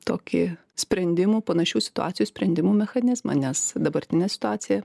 tokį sprendimų panašių situacijų sprendimų mechanizmą nes dabartinė situacija